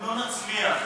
לא נצליח.